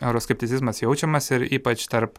euroskepticizmas jaučiamas ir ypač tarp